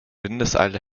windeseile